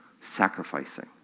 sacrificing